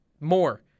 more